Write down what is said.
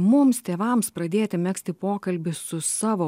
mums tėvams pradėti megzti pokalbį su savo